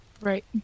Right